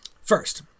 First